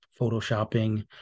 photoshopping